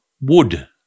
wood